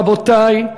רבותי,